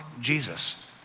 Jesus